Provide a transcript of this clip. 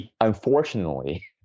unfortunately